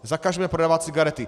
Zakažme prodávat cigarety.